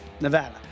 Nevada